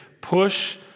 push